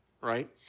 right